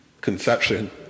conception